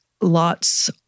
lots